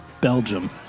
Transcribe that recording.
Belgium